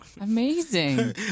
Amazing